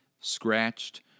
scratched